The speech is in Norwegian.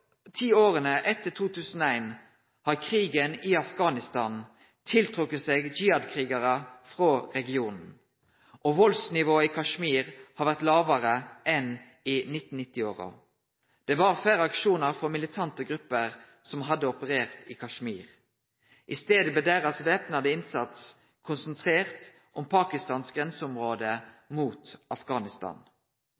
åra etter 2001 har krigen i Afghanistan trekt til seg jihad-krigarar frå regionen, og valdsnivået i Kashmir har vore lågare enn i 1990-åra. Det var færre aksjonar frå militante grupper som hadde operert i Kashmir. I staden blei den væpna innsatsen deira konsentrert om Pakistans grenseområde